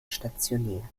stationär